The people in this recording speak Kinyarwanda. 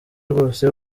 rwose